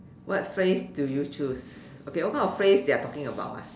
what phrase do you choose okay what kind of phrase they are talking about ah